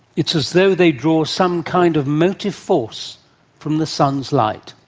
it's as though they draw some kind of motive force from the sun's light.